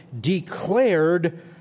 declared